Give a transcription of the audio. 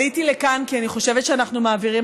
עליתי לכאן כי אני חושבת שאנחנו מעבירים